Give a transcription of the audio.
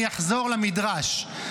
אני אחזור למדרש.